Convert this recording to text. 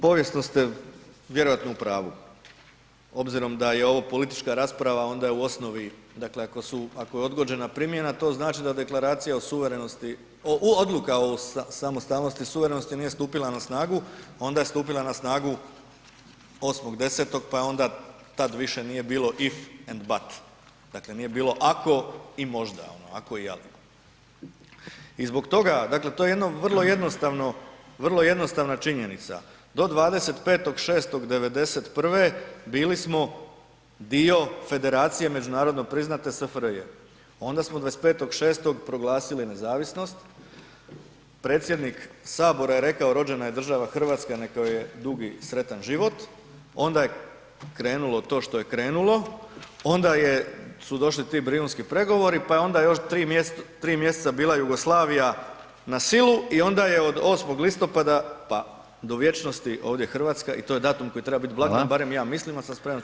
Povijesno ste vjerojatno u pravu obzirom da je ovo politička rasprava, onda je u osnovni dakle ako je odgođena primjena, to znači da Deklaracija o suverenosti, odluka o samostalnost i suverenosti nije stupila na snagu, onda je stupila na snagu 8. 10. pa onda tad više nije bilo „if“ and „but“, dakle nije bilo „ako“ i „možda“, „ako“ i „ali“ i zbog toga, dakle to je jedna vrlo jednostavna činjenica, do 25. 6. '91. bili smo dio federacije, međunarodno priznate SFRJ onda smo 25. 6. proglasili nezavisnost, predsjednik Sabora je rekao rođena je država Hrvatska, neka joj je dugi i sretan život, onda je krenulo to što je krenulo, onda su došli ti brijunski pregovori pa je onda još 3. mj. bila Jugoslavija na silu i onda je od 8. listopada pa do vječnosti ovdje Hrvatska i to je datum koji treba biti blagdan, barem ja mislim, ali sam spreman čuti i druga mišljenja, hvala.